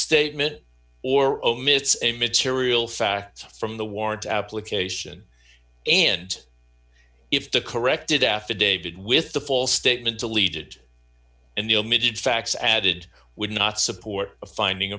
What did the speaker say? statement or omits a material fact from the warrant application and if the corrected affidavit with the false statement deleted and the omitted facts added would not support a finding